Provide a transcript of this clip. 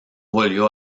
volvió